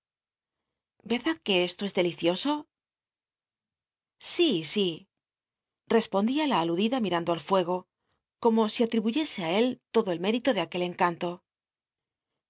verdad que esto es delicioso sí si respondía la alud ida mirando el fuego como si atribu yese t él lodo el mérito de aquel en